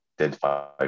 identify